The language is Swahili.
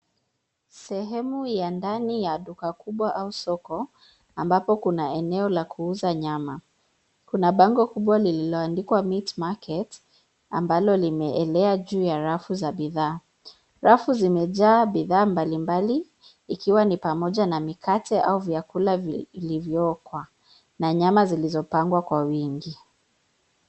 Sehemu ya ndani ya duka kubwa au soko ambapo kuna eneo la kuuza nyama. Kuna bango kubwa lililoandikwa meat market ambalo limeelea juu ya rafu za bidhaa. Rafu zimejaa bidhaa mbalimbali ikiwa ni pamoja na mikate au vyakula vilivyookwa na nyama zilizopangwa kwa wingi.